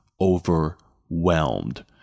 Overwhelmed